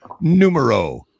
Numero